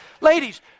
Ladies